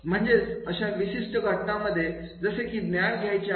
म्हणजेच अशा विशिष्ट घटनांमध्ये जसे की ज्ञान घ्यायचे आहे